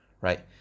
right